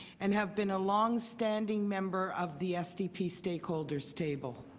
and have been a long-standing member of the sdp stakeholders table.